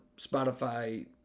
Spotify